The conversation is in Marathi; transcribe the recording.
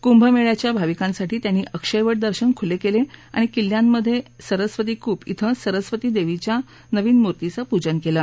कुभ मेळयाच्या भाविकांसाठी त्यांनी अक्षयव दर्शन खुले केले आणि किल्ल्यामधे सरस्वती कुप िक्षे सरस्वती देवीच्या नवीन मूर्तीचं पूजन केलं